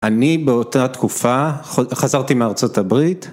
אני באותה תקופה חזרתי מארצות הברית.